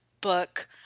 book